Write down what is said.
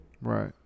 Right